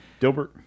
Dilbert